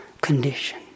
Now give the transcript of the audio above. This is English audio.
condition